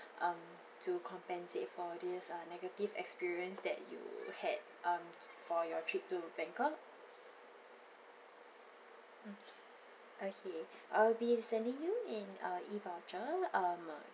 um to compensate for this uh negative experience that you had um t~ for your trip to bangkok mm okay I'll be sending you in uh e voucher um